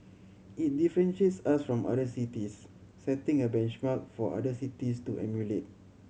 it differentiates us from other cities setting a benchmark for other cities to emulate